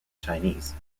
chinese